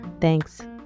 Thanks